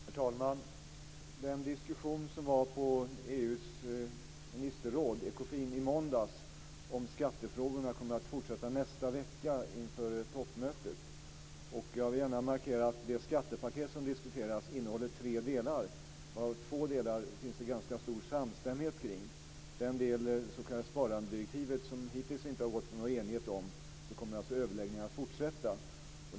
Herr talman! Den diskussion som var på EU:s ministerråd, Ekofin, i måndags om skattefrågorna kommer att fortsätta nästa vecka inför toppmötet. Jag vill gärna markera att det skattepaket som diskuteras innehåller tre delar. Det finns ganska stor samstämmighet kring två delar. Överläggningarna kommer att fortsätta kring den del, det s.k. sparandedirektivet, som det hittills inte har gått att nå enighet om.